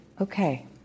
okay